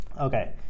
Okay